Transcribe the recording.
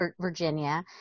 Virginia